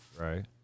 Right